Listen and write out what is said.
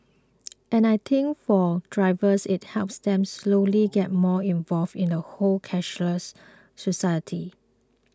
and I think for drivers it helps them slowly get more involved in the whole cashless society